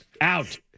Out